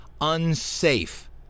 unsafe